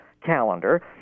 calendar